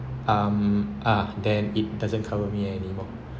um ah then it doesn't cover me anymore